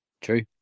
true